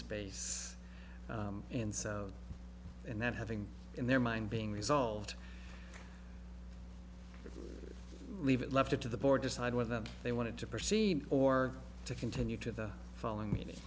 space and so and that having in their mind being resolved to leave it left up to the board decide whether they wanted to proceed or to continue to the following me